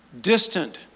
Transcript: distant